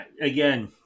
again